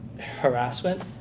harassment